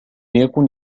يكن